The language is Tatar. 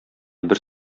бер